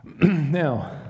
Now